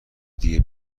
دیگه